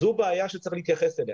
זו בעיה שצריכים להתייחס אליה.